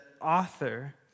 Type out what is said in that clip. author